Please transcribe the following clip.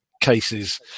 cases